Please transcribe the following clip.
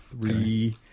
Three